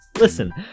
Listen